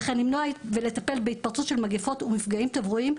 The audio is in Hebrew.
וכן למנוע ולטפל בהתפרצות של מגפות ומפגעים תברואתיים,